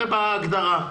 זה בהגדרה.